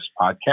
podcast